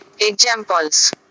Examples